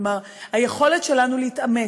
כלומר, היכולת שלנו להתעמת,